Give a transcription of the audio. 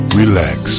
relax